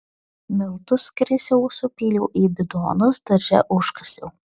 miltus krisiau supyliau į bidonus darže užkasiau